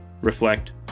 reflect